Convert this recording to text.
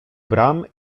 bram